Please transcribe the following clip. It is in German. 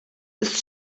ist